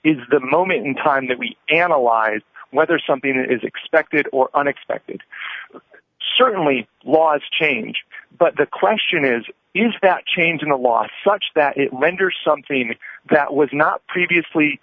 is the moment in time that we analyze whether something is expected or unexpected certainly laws change but the question is is that changing the law such that it renders something that was not previously